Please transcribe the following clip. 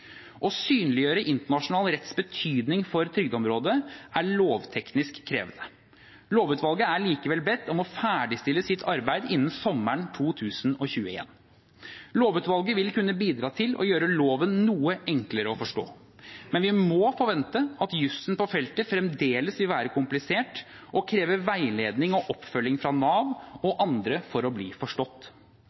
Å synliggjøre internasjonal retts betydning for trygdeområdet er lovteknisk krevende. Lovutvalget er likevel bedt om å ferdigstille sitt arbeid innen sommeren 2021. Lovutvalget vil kunne bidra til å gjøre loven noe enklere å forstå, men vi må forvente at jussen på feltet fremdeles vil være komplisert og kreve veiledning og oppfølging fra Nav og andre for å bli forstått.